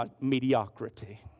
mediocrity